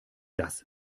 das